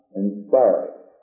inspiring